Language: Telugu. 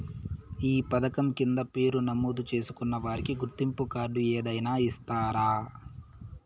ఈ పథకం కింద పేరు నమోదు చేసుకున్న వారికి గుర్తింపు కార్డు ఏదైనా ఇస్తారా?